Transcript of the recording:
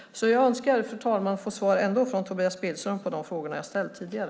Jag önskar, fru talman, ändå få svar från Tobias Billström på de frågor som jag har ställt tidigare.